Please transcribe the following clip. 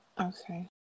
Okay